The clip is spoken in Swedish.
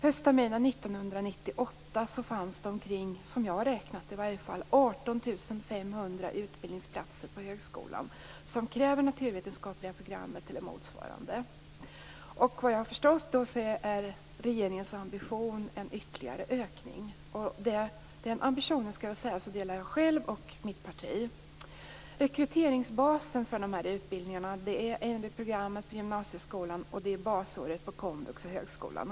Höstterminen 1998 fanns det, som jag har räknat, omkring 18 500 utbildningsplatser på högskolan som kräver naturvetenskapliga programmet eller motsvarande. Såvitt jag förstår är regeringens ambition ytterligare en ökning. Den ambitionen har också jag och mitt parti. Rekryteringsbasen för de här utbildningarna är NV-programmet på gymnasieskolan samt basåret på komvux och högskolan.